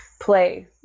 play